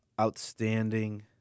Outstanding